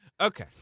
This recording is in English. Okay